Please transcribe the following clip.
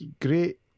Great